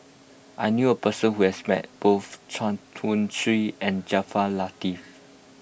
I knew a person who has met both Chuang Hui Tsuan and Jaafar Latiff